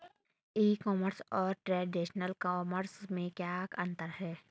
ई commerce और traditional commerce में क्या अंतर है?